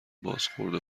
بازخورد